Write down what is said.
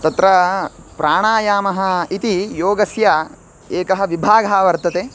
तत्र प्राणायामः इति योगस्य एकः विभागः वर्तते